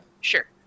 Sure